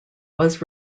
was